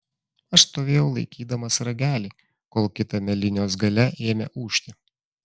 aš stovėjau laikydamas ragelį kol kitame linijos gale ėmė ūžti